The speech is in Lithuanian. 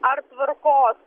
ar tvarkos